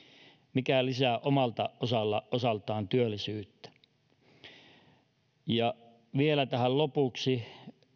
mikä lisää omalta osaltaan osaltaan työllisyyttä vielä tähän lopuksi